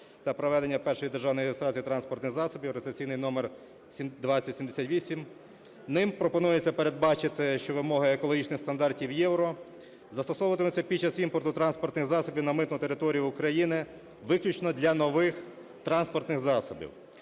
та проведення першої державної реєстрації транспортних засобів" (реєстраційний номер 2078). Ним пропонується передбачити, що вимоги екологічних стандартів "Євро" застосовуватимуться під час імпорту транспортних засобів на митну територію України, виключно для нових транспортних засобів.